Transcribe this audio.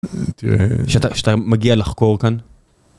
אה..תראה.. כשאתה מגיע לחקור כאן.